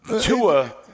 Tua